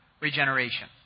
regeneration